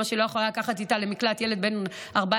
שלא יכולה לקחת איתה למקלט ילד בן 14,